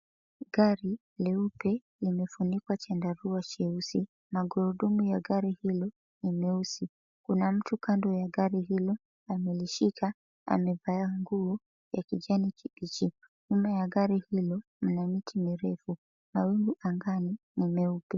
Gari jeupe limefunikwa chandarua cheusi, magurudumu ya gari hilo ni meusi. Kuna mtu kando ya gari hilo amelishika, amevaa nguo ya kijani kibichi. Nyuma ya gari hilo mna miti mirefu, mawingu angani ni meupe.